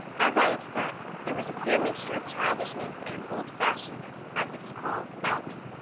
as i said, there was a queer mixture of childishness and old-fashionedness, as it is called, about me.